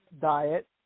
diet